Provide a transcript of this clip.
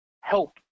help